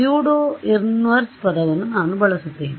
pseudo inverse ಪದವನ್ನು ನಾನು ಬಳಸುತ್ತೇನೆ